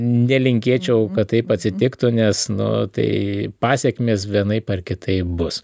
nelinkėčiau kad taip atsitiktų nes nu tai pasekmės vienaip ar kitaip bus